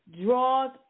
draws